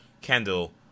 Kendall